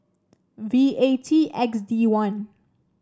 V A T X D one